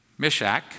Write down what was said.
Mishak